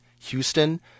Houston